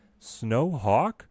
Snowhawk